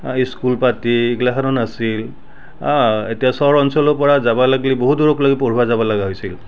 অঁ স্কুল পাতি এইগিলাখনো নাছিল অঁ এতিয়া চৰ অঞ্চলৰ পৰা যাবা লাগলি বহু দূৰকলৈ পঢ়ব যাব লগা হৈছিল